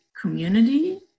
community